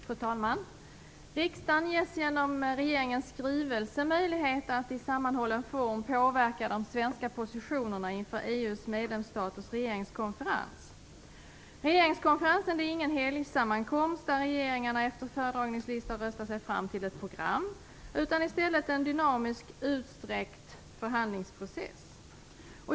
Fru talman! Riksdagen ges genom regeringens skrivelse möjlighet att i sammanhållen form påverka de svenska positionerna inför EU:s medlemsstaters regeringskonferens. Regeringskonferensen är ingen helgsammankomst där regeringarna efter föredragningslista röstar sig fram till ett program utan i stället en dynamisk, utsträckt förhandlingsprocess.